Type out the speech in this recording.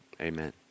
Amen